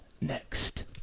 next